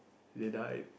they died